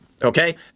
Okay